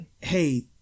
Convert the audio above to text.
hey